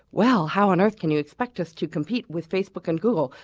well, how on earth can you expect us to compete with facebook and google,